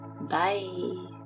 bye